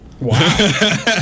Wow